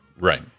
Right